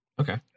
Okay